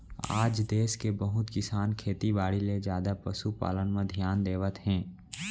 आज देस के बहुत किसान खेती बाड़ी ले जादा पसु पालन म धियान देवत हें